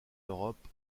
europe